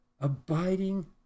abiding